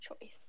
choice